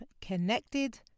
connected